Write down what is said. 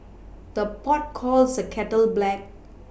the pot calls the kettle black